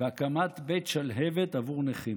בהקמת בית שלהב"ת עבור נכים.